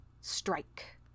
strike